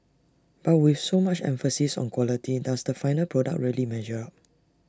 but with so much emphasis on quality does the final product really measure